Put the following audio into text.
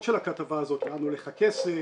הכותרות של הכתבה הזאת, לאן הולך הכסף